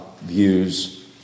views